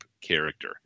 character